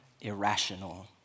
irrational